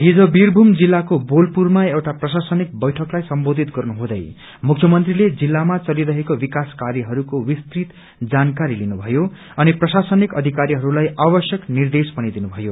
हिज बिरभूम जिल्लाको बोलपुरमा एउटा प्रशासनिक बैठकलाई सम्बोधित गर्नुहुँदै मुख्यमन्त्रीले जिल्लामा चलिरहेको विकास कार्यहरूको विस्तृत जानकारी लिनु भयो अनि प्रशासनिक अधिकारीहरूलाई आवश्यक निर्देश पनि दिनु भयो